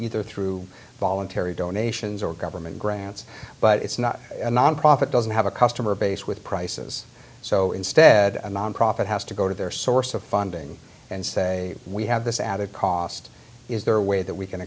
either through voluntary donations or government grants but it's not a nonprofit doesn't have a customer base with prices so instead nonprofit has to go to their source of funding and say we have this added cost is there a way that we can